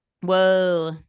Whoa